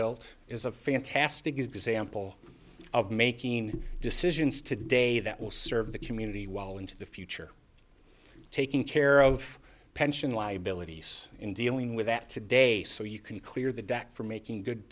built is a fantastic example of making decisions today that will serve the community well into the future taking care of pension liabilities in dealing with that today so you can clear the deck for making good